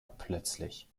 plötzlich